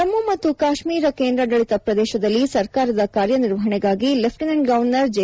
ಜಮ್ಮು ಮತ್ತು ಕಾಶ್ಮೀರ ಕೇಂದ್ರಾಡಳಿತ ಪ್ರದೇಶದಲ್ಲಿ ಸರ್ಕಾರದ ಕಾರ್ಯ ನಿರ್ವಹಣೆಗಾಗಿ ಲೆಫ್ಚಿನೆಂಟ್ ಗವರ್ನರ್ ಜಿ